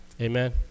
Amen